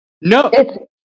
No